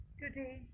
Today